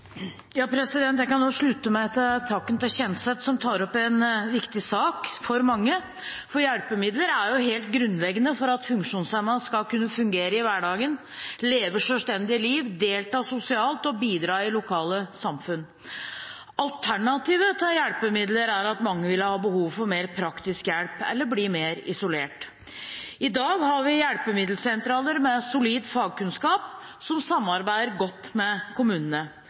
Jeg kan også slutte meg til takken til Kjenseth, som tar opp en viktig sak for mange. Hjelpemidler er helt grunnleggende for at funksjonshemmede skal kunne fungere i hverdagen, leve selvstendige liv, delta sosialt og bidra i lokale samfunn. Alternativet til hjelpemidler er at mange vil ha behov for mer praktisk hjelp eller bli mer isolert. I dag har vi hjelpemiddelsentraler med solid fagkunnskap som samarbeider godt med kommunene.